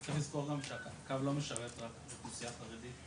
צריך לזכור גם שהקו לא משרת רק אוכלוסיית חרדים,